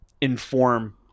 inform